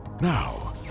Now